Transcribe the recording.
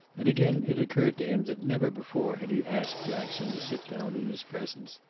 and again it occurred to him that never before had he asked jackson to sit down in his presence.